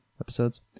episodes